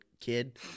kid